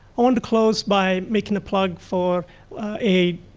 i want to close by making a plug for a